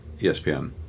ESPN